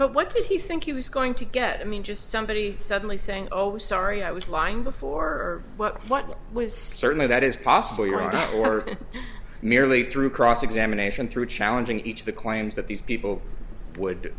but what did he think he was going to get i mean just somebody suddenly saying oh sorry i was lying before but what was certainly that is possibly right or merely through cross examination through challenging each of the claims that these people would